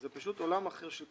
זה פשוט עולם אחר של פיגומים.